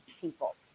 people